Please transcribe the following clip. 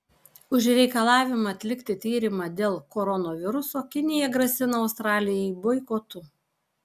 už reikalavimą atlikti tyrimą dėl koronaviruso kinija grasina australijai boikotu